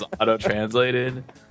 auto-translated